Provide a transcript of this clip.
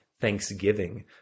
thanksgiving